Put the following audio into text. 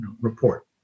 report